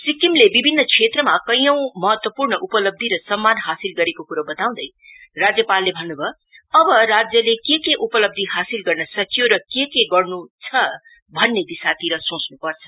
सिक्किमले विभिन्न क्षेत्रमा कैचौं महत्वपूर्ण उपलब्धी र सम्मान हासिल गरेको क्रो बताउँदै राज्यपालले भन्न्भयो अब राज्यले के के हासिल गर्न सक्रियो र के के हासिल गर्न् छ भन्ने दिशातिर सोच्नुपर्छ